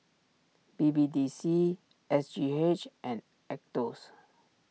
B B D C S G H and Aetos